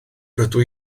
rydw